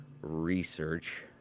research